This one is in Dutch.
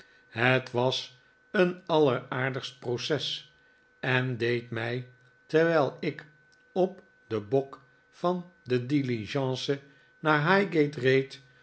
het was een alleraardigst proces en deed mij terwijl ik op den bok van de diligence naar highgate reed